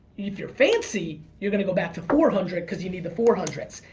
if you're fancy, you're going to go back to four hundred cause you need the four hundred s.